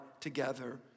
together